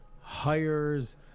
hires